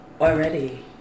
already